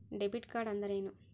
Debit ಕಾರ್ಡ್ಅಂದರೇನು?